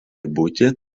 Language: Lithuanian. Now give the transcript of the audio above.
būti